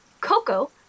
Coco